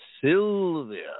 Sylvia